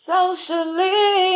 Socially